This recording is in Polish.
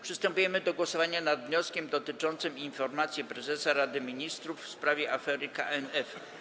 Przystępujemy do głosowania nad wnioskiem dotyczącym informacji prezesa Rady Ministrów w sprawie afery KNF.